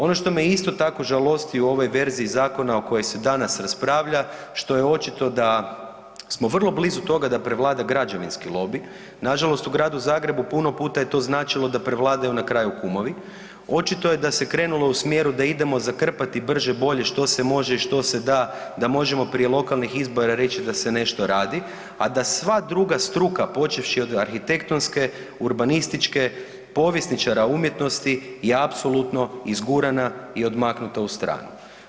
Ono što me isto tako žalosti u ovoj verziji zakona o kojoj se danas raspravlja, što je očito da smo vrlo blizu toga da prevlada građevinski lobij, nažalost u Gradu Zagrebu puno puta je to značilo da prevladaju na kraju kumovi, očito je da se krenulo u smjeru da idemo zakrpati brže bolje što se može i što se da, da možemo prije lokalnih izbora reći da se nešto radi, a da sva druga struka počevši od arhitektonske, urbanističke, povjesničara umjetnosti je apsolutno izgurana i odmaknuta u stranu.